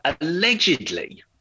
allegedly